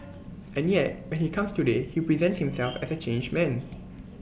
and yet when he comes today he presents himself as A changed man